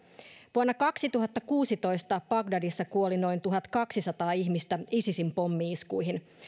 vuonna kaksituhattakuusitoista bagdadissa kuoli noin tuhatkaksisataa ihmistä isisin pommi iskuihin